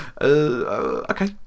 Okay